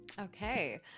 Okay